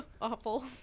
awful